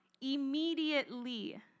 Immediately